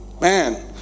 man